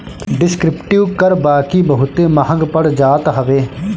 descriptive कर बाकी बहुते महंग पड़ जात हवे